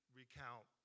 recount